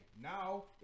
now